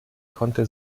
konnte